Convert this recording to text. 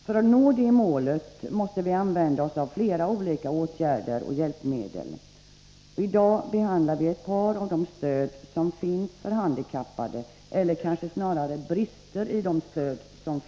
För att uppnå detta mål måste vi använda oss av flera olika åtgärder och hjälpmedel. I dag behandlar vi ett par av de stöd som finns för handikappade, eller kanske snarare brister i dessa stöd.